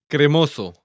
Cremoso